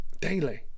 daily